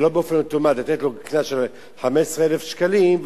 שלא באופן אוטומטי לתת לו קנס של 15,000 שקלים,